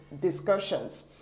discussions